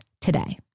today